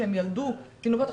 שהן ילדו תינוקות,